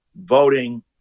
voting